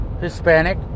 Hispanic